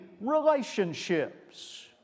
relationships